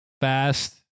fast